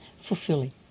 fulfilling